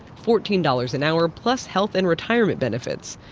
fourteen dollars an hour plus health and retirement benefits,